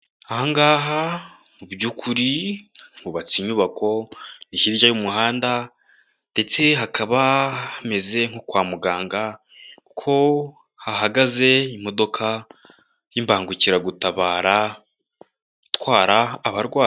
Aha ngaha mu bykuri hubatse inyubako hirya y'umuhanda, ndetse hakaba hameze nko kwa muganga, ko hahagaze imodoka y'imbangukiragutabara itwara abarwayi.